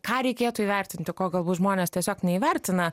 ką reikėtų įvertinti ko galbūt žmonės tiesiog neįvertina